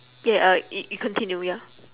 ya uh yo~ you continue ya